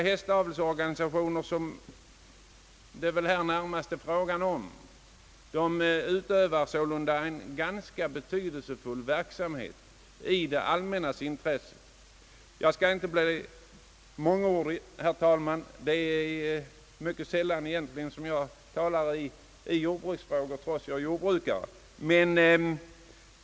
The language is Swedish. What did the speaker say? Hästavelsorganisationerna utövar sålunda en ganska betydelsefull verksamhet i det allmännas intresse. Jag skall inte bli mångordig, herr talman. Det är egentligen mycket sällan som jag talar i jordbruksfrågor trots att jag är jordbrukare.